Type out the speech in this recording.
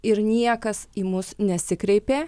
ir niekas į mus nesikreipė